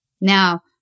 Now